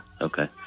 okay